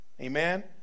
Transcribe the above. Amen